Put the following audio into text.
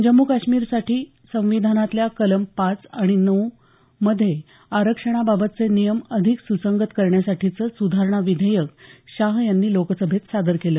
जम्मू काश्मीरसाठी संविधानातल्या कलम पाच आणि नऊमधल्या आरक्षणाबाबतचे नियम अधिक सुसंगत करण्यासाठीचं सुधारणा विधेयक शहा यांनी लोकसभेत सादर केलं